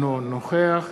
אינו נוכח